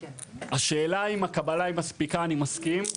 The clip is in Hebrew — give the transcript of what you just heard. השאלה היא אם הקבלה היא מספיקה, אני מסכים.